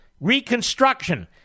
Reconstruction